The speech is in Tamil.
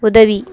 உதவி